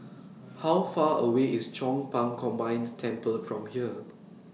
How Far away IS Chong Pang Combined Temple from here